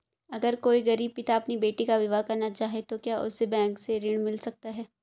अगर कोई गरीब पिता अपनी बेटी का विवाह करना चाहे तो क्या उसे बैंक से ऋण मिल सकता है?